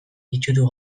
itsutu